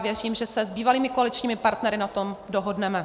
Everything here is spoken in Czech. Věřím, že se s bývalými koaličními partnery na tom dohodneme.